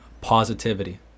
positivity